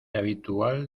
habitual